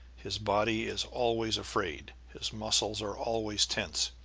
his body is always afraid, his muscles are always tense,